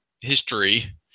history